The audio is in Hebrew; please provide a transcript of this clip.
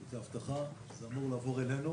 זה אבטחה, זה אמור לעבור אלינו.